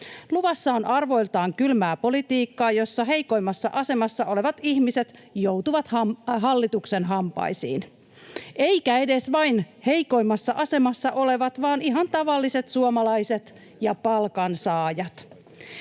Luvassa on arvoiltaan kylmää politiikkaa, jossa heikoimmassa asemassa olevat ihmiset joutuvat hallituksen hampaisiin — eivätkä edes vain heikoimmassa asemassa olevat vaan ihan tavalliset suomalaiset ja palkansaajat.